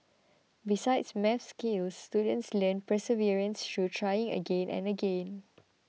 besides maths skills students learn perseverance through trying again and again